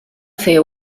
fer